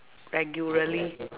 regularly